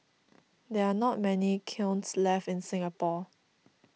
there are not many kilns left in Singapore